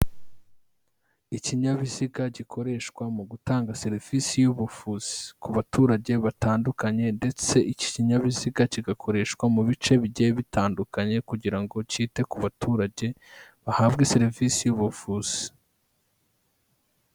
Ikinyabiziga gikoreshwa mu gutanga serivisi y'ubuvuzi ku baturage batandukanye, ndetse iki kinyabiziga kigakoreshwa mu bice bigiye bitandukanye, kugira ngo cyite ku baturage bahabwe serivisi y'ubuvuzi.